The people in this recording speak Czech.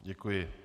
Děkuji.